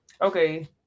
Okay